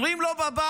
אומרים לו בבנק: